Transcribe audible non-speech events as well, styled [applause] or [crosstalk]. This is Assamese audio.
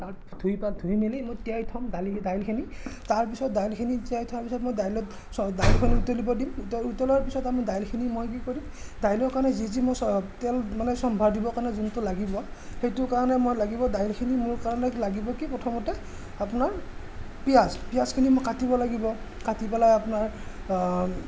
[unintelligible] ধুই মেলি মই তিয়াই থ'ম দালি দাইলখিনি তাৰপিছত দাইলখিনি তিয়াই থোৱাৰ পিছত মই দাইলত দাইলখন উতলিব দিম উতলাৰ পিছত আমি দাইলখিনি মই কি কৰিম দাইলৰ কাৰণে যি যি মছলা তেল মানে [unintelligible] যোনটো লাগিব সেইটোৰ কাৰণে মই লাগিব দাইলখিনি মোৰ কাৰণে লাগিব কি প্ৰথমতে আপোনাৰ পিয়াঁজ পিয়াঁজখিনি মই কাটিব লাগিব কাটি পেলাই আপোনাৰ